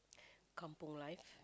kampung life